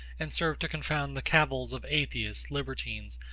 and serve to confound the cavils of atheists, libertines,